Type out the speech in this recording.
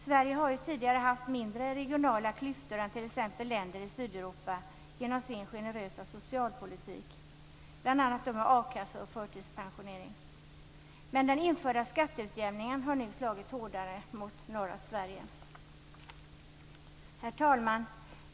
Sverige har tidigare haft mindre regionala klyftor än t.ex. länder i Sydeuropa genom sin generösa socialpolitik med bl.a. a-kassa och förtidspensionering. Men den införda skatteutjämningen har nu slagit hårdare mot norra Sverige. Herr talman!